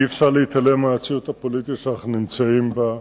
אי-אפשר להתעלם מהמציאות הפוליטית שאנחנו נמצאים בה.